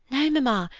no, mamma,